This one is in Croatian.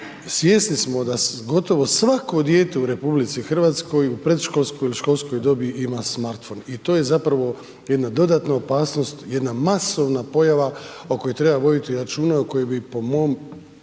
svjesni smo da gotovo svako dijete u RH u predškolskoj ili školskoj godini ima Smartphone i to je zapravo jedna dodatna opasnost, jedna masovna pojava o kojoj treba voditi računa, o kojoj bi po mom